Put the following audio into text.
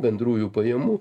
bendrųjų pajamų